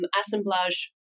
Assemblage